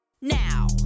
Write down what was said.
now